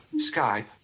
Skype